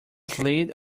slid